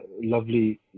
lovely